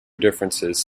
differences